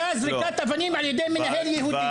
הפשיסטית מצדיקה זריקת אבנים על ידי מנהל יהודי.